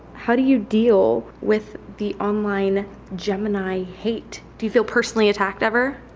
how do you deal with the online gem and i hate do you feel personally attacked ever?